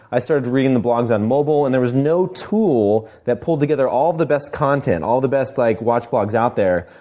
i started reading the blogs on mobile. and there was no tool that pulled together all of the best content, all the best like watch blogs out there,